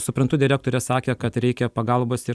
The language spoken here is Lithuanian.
suprantu direktorė sakė kad reikia pagalbos ir